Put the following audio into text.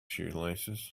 shoelaces